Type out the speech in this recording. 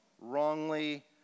wrongly